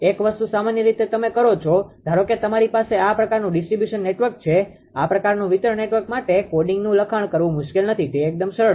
એક વસ્તુ સામાન્ય રીતે તમે કરો છો ધારો કે તમારી પાસે આ પ્રકારનું ડિસ્ટ્રિબ્યુશન નેટવર્ક છે આ પ્રકારનું વિતરણ નેટવર્ક માટે કોડીંગનુ લખાણ કરવું મુશ્કેલ નથી તે એકદમ સરળ છે